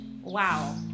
wow